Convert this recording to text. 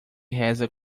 reza